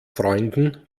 freunden